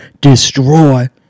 destroy